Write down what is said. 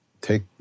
take